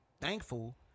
thankful